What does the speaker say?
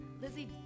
Lizzie